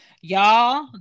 Y'all